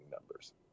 numbers